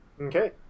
Okay